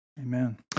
Amen